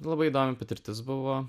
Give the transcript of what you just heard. labai įdomi patirtis buvo